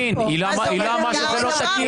היא לא אמרה שזה לא תקין.